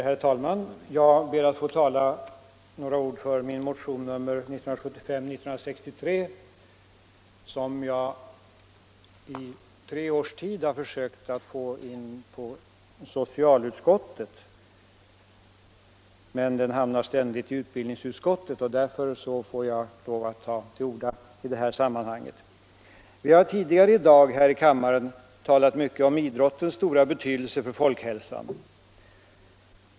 Herr talman! Jag ber att i några ord få tala för min motion 1975:1363. I tre års tid har jag försökt få motioner i samma ämne hänvisade till socialutskottet, men de hamnar ständigt i utbildningsutskottet, och därför får jag lov att ta till orda i det här sammanhanget. Vi har tidigare i dag här i kammaren talat mycket om idrottens stora betydelse för folkhälsan.